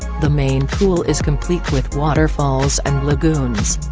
the main pool is complete with waterfalls and lagoons.